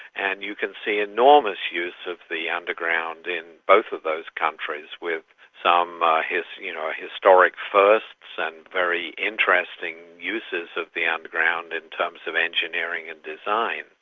and you can see enormous use of the underground in both of those countries, with some ah historic you know ah historic firsts and very interesting uses of the underground in terms of engineering and design.